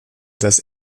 das